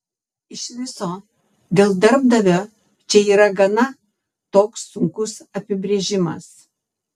iš viso dėl darbdavio čia yra gana toks sunkus apibrėžimas